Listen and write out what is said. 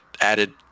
added